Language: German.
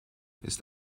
ist